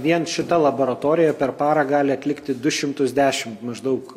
vien šita laboratorija per parą gali atlikti du šimtus dešimt maždaug